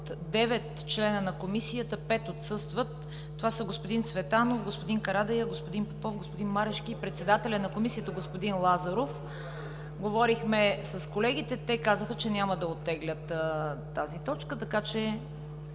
9 члена на Комисията 5 отсъстват: господин Цветанов, господин Карадайъ, господин Попов, господин Марешки и председателят на Комисията – господин Лазаров. Говорихме с колегите, те казаха, че няма да оттеглят тази точка, така че